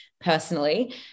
personally